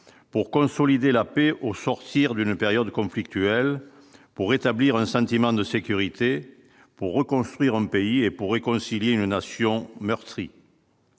pour consolider la paix, au sortir d'une période conflictuelle pour rétablir un sentiment de sécurité pour reconstruire un pays et pour réconcilier une nation meurtrie.